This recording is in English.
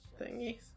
thingies